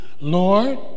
Lord